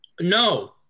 No